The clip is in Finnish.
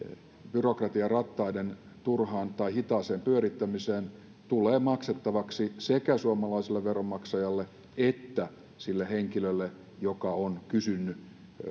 byrokratian rattaiden turhaan tai hitaaseen pyörittämiseen tulee maksettavaksi sekä suomalaiselle veronmaksajalle että sille henkilölle joka on kysynyt